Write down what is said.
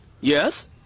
Yes